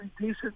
decent